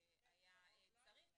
שהיה צריך,